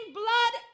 blood